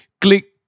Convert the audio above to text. Click